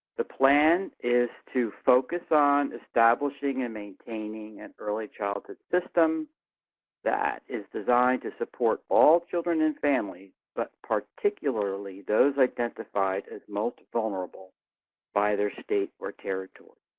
the plan is to focus on establishing and maintaining an early childhood system that is designed to support all children, children and families, but particularly those identified as most vulnerable by their state or territory.